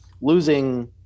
losing